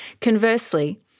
Conversely